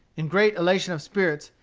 in great elation of spirits,